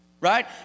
Right